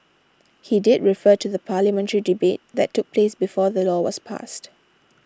he did refer to the parliamentary debate that took place before the law was passed